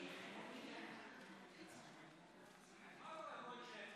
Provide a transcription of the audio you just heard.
/ כ"ט בתשרי,